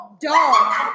Dog